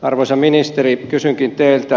arvoisa ministeri kysynkin teiltä